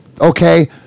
okay